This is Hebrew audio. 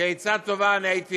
כעצה טובה אני הייתי